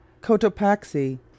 cotopaxi